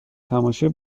تماشای